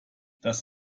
das